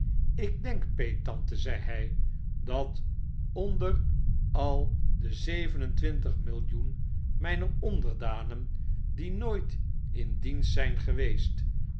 lk denk peettante zei hy dat onder al de zeven en twintig millioen myner onderdanen die nooit in dienst zyn geweest